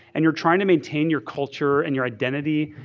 and you're trying to maintain your culture and your identity,